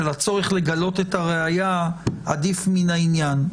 שהצורך לגלות את הראיה עדיף מן העניין.